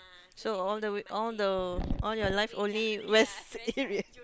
so all the way all the all your life only west area